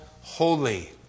Holy